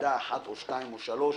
נקודה אחת או שתיים או שלוש.